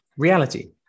reality